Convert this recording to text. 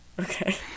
Okay